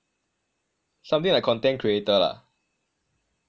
something like content creator lah